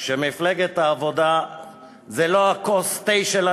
שמפלגת העבודה זה לא כוס התה שלה,